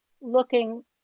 looking